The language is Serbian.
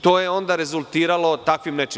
To je onda rezultiralo takvim nečim.